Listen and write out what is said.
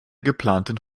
geplanten